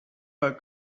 are